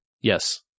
Yes